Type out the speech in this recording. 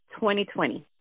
2020